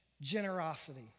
generosity